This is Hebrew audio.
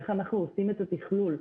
איך אנחנו עושים את התכלול.